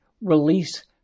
release